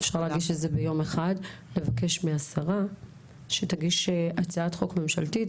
אפשר להגיש את זה ביום אחד ולבקש מהשרה שתגיש הצעת חוק ממשלתית.